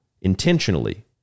intentionally